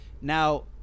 now